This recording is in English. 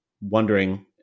wondering